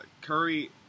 Curry